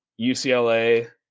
UCLA